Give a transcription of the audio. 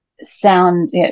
sound